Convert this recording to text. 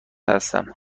هستم